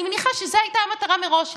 אני מניחה שזאת הייתה המטרה מראש,